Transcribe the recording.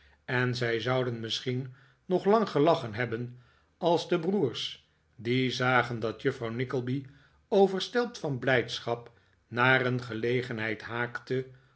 en zij zouden misschien nog lang gelachen hebben als de broers die zagen dat juffrouw nickleby overstelpt van blijdschap naar een gelegenheid haakte